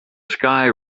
sky